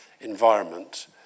environment